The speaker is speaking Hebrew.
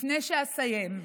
לפני שאסיים,